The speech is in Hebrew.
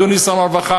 אדוני שר הרווחה,